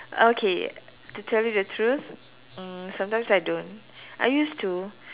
okay to tell you the truth (mm)g sometimes I don't I used to